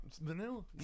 Vanilla